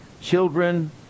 children